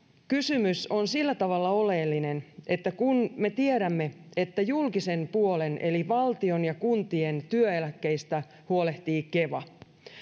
kysymys on sillä tavalla oleellinen että kun me tiedämme että julkisen puolen eli valtion ja kuntien työeläkkeistä huolehtii keva